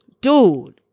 dude